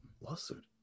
lawsuit